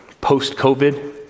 post-COVID